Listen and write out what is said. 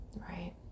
Right